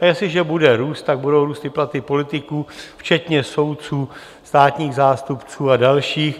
A jestliže bude růst, budou růst i platy politiků, včetně soudců, státních zástupců a dalších.